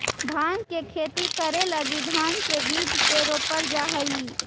भाँग के खेती करे लगी भाँग के बीज के रोपल जा हई